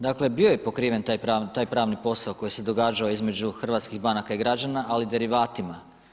Dakle, bio je pokriven taj pravni posao koji se događao između hrvatskih banaka i građana, ali derivatima.